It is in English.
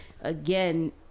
again